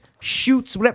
shoots